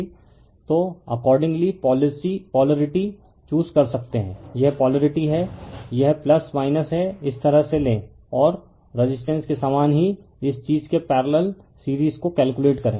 तो accordingly polarity choose कर सकते हैं यह पोलारिटी है यह है इस तरह से लें और रेजिस्टेंस के समान ही इस चीज़ के पैरेलल सीरीज को कैलकुलेट करें